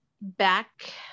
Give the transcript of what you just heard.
back